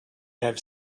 have